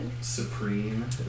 supreme